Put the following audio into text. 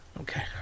Okay